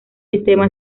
sistema